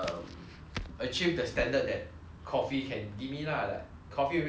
achieve the standard that coffee can give me lah like coffee only can keep me awake